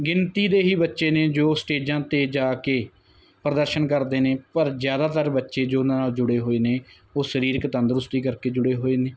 ਗਿਣਤੀ ਦੇ ਹੀ ਬੱਚੇ ਨੇ ਜੋ ਸਟੇਜਾਂ 'ਤੇ ਜਾ ਕੇ ਪ੍ਰਦਰਸ਼ਨ ਕਰਦੇ ਨੇ ਪਰ ਜ਼ਿਆਦਾਤਰ ਬੱਚੇ ਜੋ ਉਹਨਾਂ ਨਾਲ ਜੁੜੇ ਹੋਏ ਨੇ ਉਹ ਸਰੀਰਕ ਤੰਦਰੁਸਤੀ ਕਰਕੇ ਜੁੜੇ ਹੋਏ ਨੇ